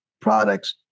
products